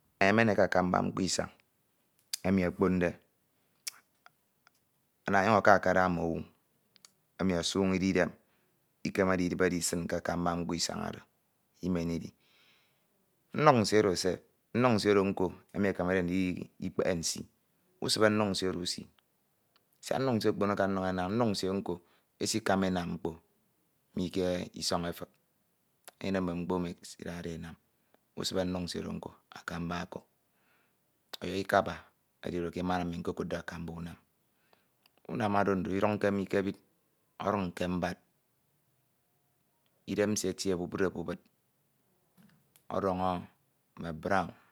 emen e ke akamba mkpo isañ emi okponde ana ọyañ aka akada mm'oeu emi osoñide idem ikemede idibere e is in ke akamba mkpo isañ Oro imen idi nduk nsie Oro self nduk nsiere Oro nko emi ekemede ndikpehe nsi usibe nduk nsie Oro usi, siak nduk nsie okpon akana nduk enañ saik unuk nsie nko esikama enam mkpo mike isọñ edik enyene mmk mkpo esikamede nduk nsie oro enam usibe nduk nsie usi akamba ọkuk, ọyọhọ ikaba edi oro ani nko kuddi akamba unam unam oro ndo iduñke mi ke edid, ọduñ ke mbad, idem nsie etie obubid obubid ọdọñọ mme brown